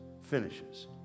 finishes